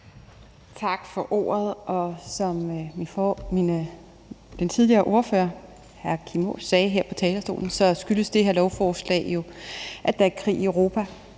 Tak for ordet. Som den tidligere ordfører, hr. Kim Aas, sagde her på talerstolen, skyldes det her lovforslag jo, at der er krig i Europa.